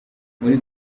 muri